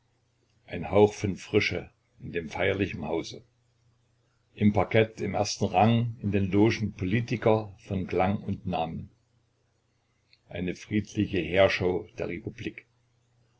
ein hauch von frische in dem feierlichen hause im parkett im ersten rang in den logen politiker von klang und namen eine friedliche heerschau der republik